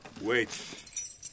Wait